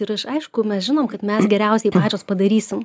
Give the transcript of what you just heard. ir aš aišku mes žinom kad mes geriausiai pačios padarysim